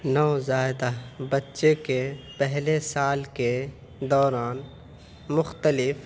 نوزائیدہ بچے کے پہلے سال کے دوران مختلف